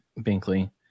Binkley